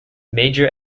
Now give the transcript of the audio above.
major